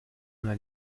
una